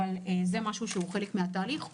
אבל זה משהו שהוא חלק מהתהליך.